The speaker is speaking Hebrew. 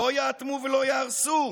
לא יאטמו ולא יהרסו.